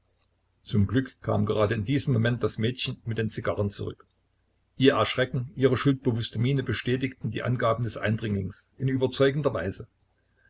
zum glück kam gerade in diesem moment das mädchen mit den zigarren zurück ihr erschrecken ihre schuldbewußte miene bestätigten die angaben des eindringlings in überzeugender weise